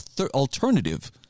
alternative